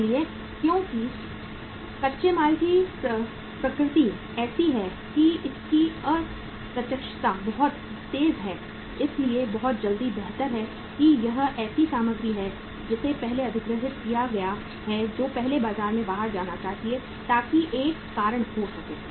इसलिए क्योंकि कच्चे माल की प्रकृति ऐसी है कि इसकी अप्रत्यक्षता बहुत तेज़ है इसलिए बहुत जल्दी बेहतर है कि यह ऐसी सामग्री है जिसे पहले अधिग्रहित किया गया है जो पहले बाजार में बाहर जाना चाहिए ताकि एक कारण हो सके